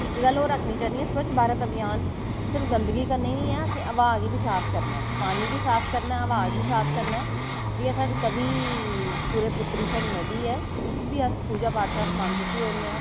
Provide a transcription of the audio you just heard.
इक गल्ल होर आखना चाह्न्नी स्वच्छ भारत अभियान सिर्फ गंदगी दा गै नेईं ऐ असें हवा गी बी साफ करना ऐ पानी गी साफ करना ऐ हवा गी साफ करना ऐ जि'यां साढ़ी तवी सूर्य पुत्री साढ़ी नदी ऐ इसी बी अस पूजा पाठ दा समान सु'ट्टी ओड़ने आं